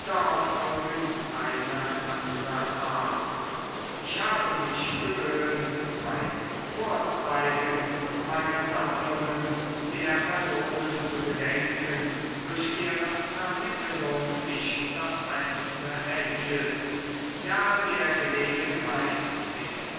auf irgend eine andre art ich habe mich gewöhnt beim vorzeigen meiner sammlungen der personen zu gedenken durch deren vermittelung ich das einzelne erhielt ja der gelegenheit dem